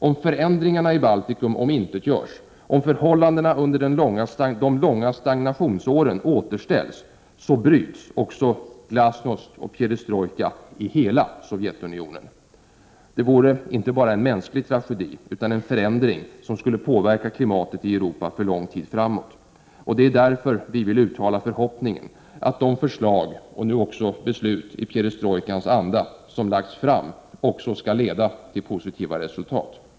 Om förändringarna i Baltikum omintetgörs, om de förhållanden som rått under de långa stagnationsåren återställs, så bryts också glasnost och perestrojka i hela Sovjetunionen. Det vore inte bara en mänsklig tragedi utan en förändring som skulle påverka klimatet i Europa för lång tid framåt. Det är därför vi vill uttala förhoppningen att det förslag som framlagts — och nu också det beslut som fattas — i perestrojkans anda skall leda till positiva resultat.